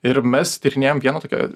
ir mes tyrinėjam vieną tokią